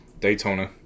Daytona